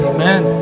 Amen